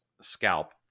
scalp